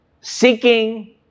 seeking